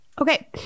Okay